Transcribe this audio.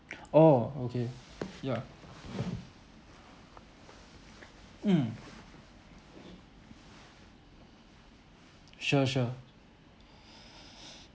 oh okay yeah mm sure sure